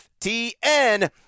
FTN